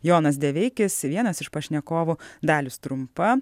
jonas deveikis vienas iš pašnekovų dalius trumpa